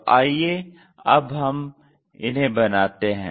तो आइए अब हम इन्हें बनाते हैं